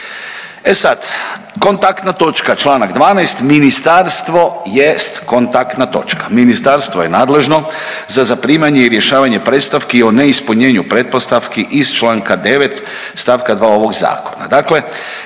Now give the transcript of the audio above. E sad kontaktna točka čl. 12. ministarstvo jest kontaktna točka, ministarstvo je nadležno za zaprimanje i rješavanje predstavki o neispunjenju pretpostavki iz čl. 9. st. 2. ovog zakona,